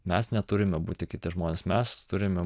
mes neturime būti kiti žmonės mes turime